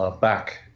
Back